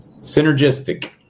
Synergistic